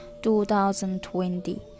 2020